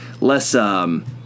less